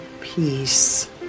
peace